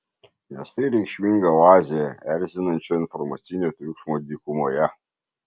nes tai reikšminga oazė erzinančio informacinio triukšmo dykumoje